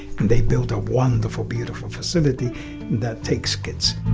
and they build a wonderful, beautiful facility that takes kids.